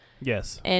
Yes